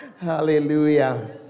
Hallelujah